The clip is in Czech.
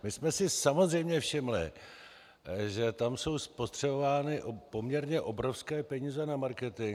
My jsme si samozřejmě všimli, že tam jsou spotřebovány poměrně obrovské peníze na marketing.